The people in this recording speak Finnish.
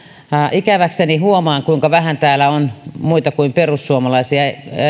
ikäväkseni huomaan kuinka vähän täällä on muita kuin perussuomalaisia